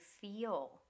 feel